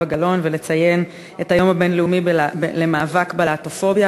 גלאון ולציין את היום הבין-לאומי למאבק בלהט"בופוביה,